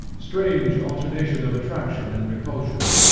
strange alternation of attraction and repulsion!